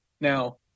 Now